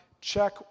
Check